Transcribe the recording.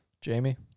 Jamie